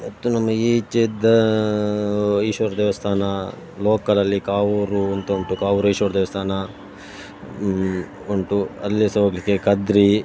ಮತ್ತು ನಮಗೆ ಈಚೆ ಇದ್ದ ಈಶ್ವರ ದೇವಸ್ಥಾನ ಲೋಕಲಲ್ಲಿ ಕಾವೂರು ಅಂತ ಉಂಟು ಕಾವೂರೇಶ್ವರ ದೇವಸ್ಥಾನ ಉಂಟು ಅಲ್ಲಿ ಸಹ ಹೋಗ್ಲಿಕ್ಕೆ ಕದ್ರಿ